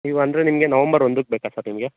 ನೀವು ಅಂದರೆ ನಿಮಗೆ ನವೆಂಬರ್ ಒಂದಕ್ಕೆ ಬೇಕಾ ಸರ್ ನಿಮಗೆ